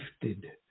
gifted